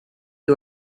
you